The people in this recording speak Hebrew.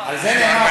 על זה נאמר,